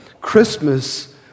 Christmas